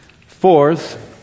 Fourth